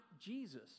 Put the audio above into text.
Jesus